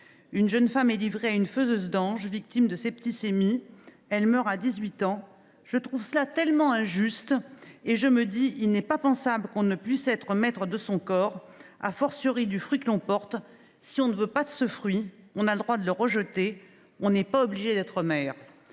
Une jeune femme est livrée à une faiseuse d’anges, victime de septicémie, elle meurt, à 18 ans. […] Je trouve cela tellement injuste et je me dis : il n’est pas pensable qu’on ne puisse être maître de son corps, du fruit que l’on porte, et si on ne veut pas de ce fruit, on a le droit de le rejeter, on n’est pas obligé d’être mère.